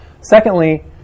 Secondly